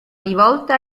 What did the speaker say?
rivolte